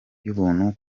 y’ubuntu